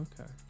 okay